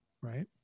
Right